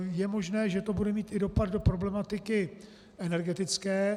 Je možné, že to bude mít i dopad do problematiky energetické.